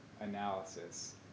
analysis